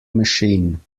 machine